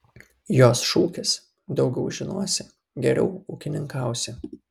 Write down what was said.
jos šūkis daugiau žinosi geriau ūkininkausi